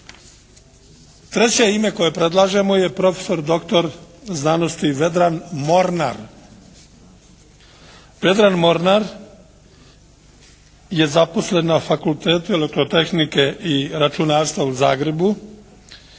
Treće ime koje predlažemo je profesor doktor znanosti Vedran Mornar. Vedran Mornar je zaposlen na Fakultetu elektrotehnike i računarstva u Zagrebu.